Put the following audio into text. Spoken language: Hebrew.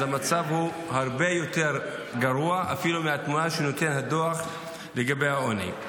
המצב הרבה יותר גרוע אפילו מהתמונה שנותן הדוח לגבי העוני.